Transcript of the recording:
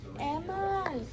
Emma